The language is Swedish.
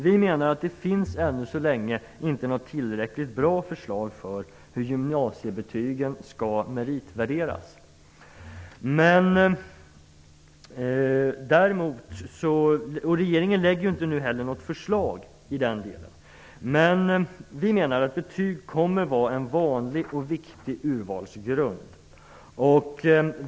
Vi menar att det än så länge inte finns ett tillräckligt bra förslag om hur gymnasiebetygen skall meritvärderas. Regeringen lägger heller inte fram något förslag i den delen. Enligt vår mening kommer betyg att vara en vanlig och viktig urvalsgrund.